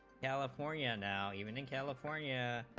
california now even in california